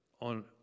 on